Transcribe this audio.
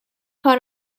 کار